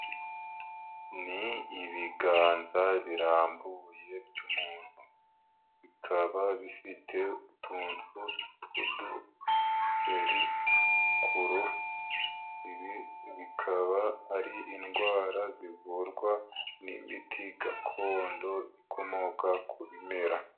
Ni ibiganza birambuye by'umuntu, bikaba bifite utuntu tw'uduheri ku ruhu. Ibi bikaba ari indwara zivurwa n'imiti gakondo ikomoka ku bimera.